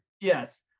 Yes